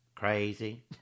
Crazy